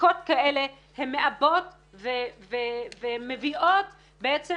ופסיקות כאלה הן מעבות ומביאות בעצם